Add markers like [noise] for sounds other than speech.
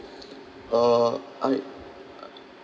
uh I [noise]